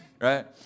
right